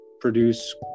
produce